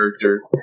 character